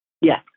Yes